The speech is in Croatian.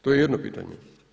To je jedno pitanje.